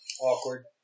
Awkward